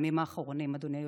בימים האחרונים, אדוני היושב-ראש.